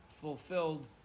fulfilled